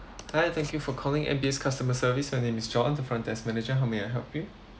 hi thank you for calling M_B_S customer service my name is john the front desk manager how may I help you